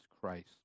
Christ